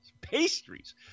Pastries